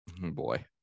Boy